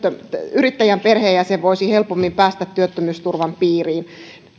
yrittäjän perheenjäsen voisi helpommin päästä työttömyysturvan piiriin